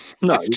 no